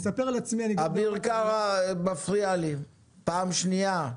אביר קארה מפריע, זו פעם שנייה.